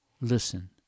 Listen